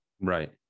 Right